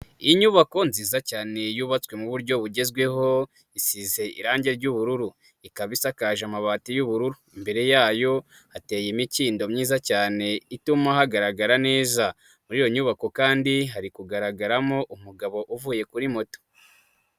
Inyubako nziza cyane yubatswe mu buryo bugezweho isize irange ry'ubururu ikaba isakaje amabati y'ubururu. Imbere yayo hateye imikindo myiza cyane ituma hagaragarara neza, muri iyo nyubako kandi hari kugaragaramo umugabo uvuye kuri moto.